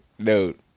dude